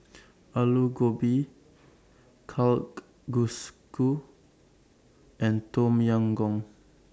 Alu Gobi and Tom Yam Goong